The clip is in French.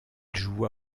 joua